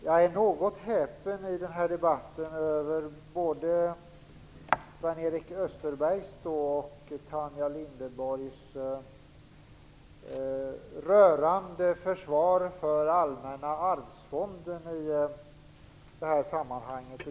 Jag är något häpen över både Sven-Erik Österbergs och Tanja Linderborgs rörande försvar av Allmänna arvsfonden i det här sammanhanget.